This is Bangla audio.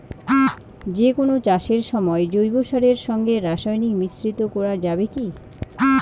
যে কোন চাষের সময় জৈব সারের সঙ্গে রাসায়নিক মিশ্রিত করা যাবে কি?